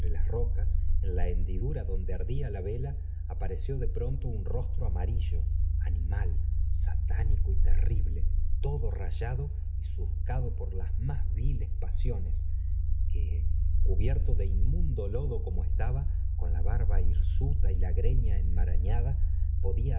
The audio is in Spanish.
las rocas en la hendidura donde ardía la vela apareció de pronto un rostro amarillo animal satánico y terrible todo rayado y surcado por las más viles pasiones que cubierto do inmundo lodo como estaba con la barba hirsuta y la greña enmarañada podía